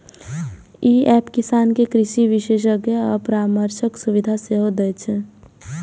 ई app किसान कें कृषि विशेषज्ञ सं परामर्शक सुविधा सेहो दै छै